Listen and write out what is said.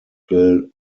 bill